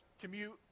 commute